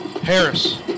Harris